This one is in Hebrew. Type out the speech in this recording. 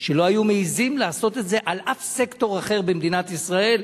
ולא היו מעזים לעשות את זה על שום סקטור אחר במדינת ישראל,